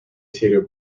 серию